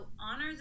Honor